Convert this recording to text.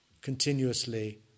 continuously